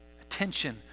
Attention